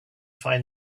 find